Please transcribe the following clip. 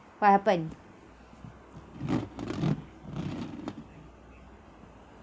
what happen